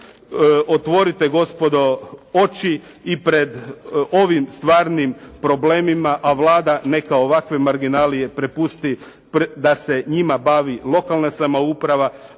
otvorite gospodo oči i pred ovim stvarnim problemima a Vlada neka ovakve marginalije prepusti da se njima bavi lokalna samouprava